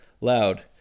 loud